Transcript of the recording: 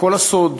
כל הסוד